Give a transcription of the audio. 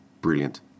brilliant